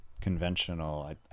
conventional